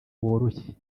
woroshye